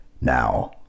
Now